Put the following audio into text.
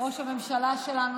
ראש הממשלה שלנו,